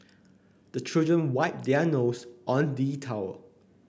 the children wipe their nose on the towel